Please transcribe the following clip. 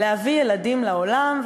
להביא ילדים לעולם,